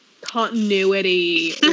Continuity